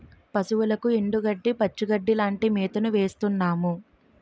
పశువులకు ఎండుగడ్డి, పచ్చిగడ్డీ లాంటి మేతను వేస్తున్నాము